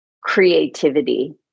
creativity